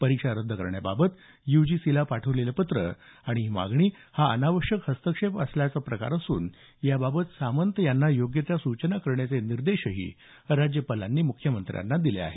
परीक्षा रद्द करण्याबाबत युजीसीला पाठवलेलं पत्र आणि मागणी हा अनावश्यक हस्तक्षेप करण्याचा प्रकार असून याबाबत सामंत यांना योग्य त्या सूचना करण्याचे निर्देशही राज्यपालांनी मुख्यमंत्र्यांना दिले आहेत